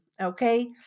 okay